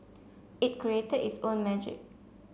it created its own magic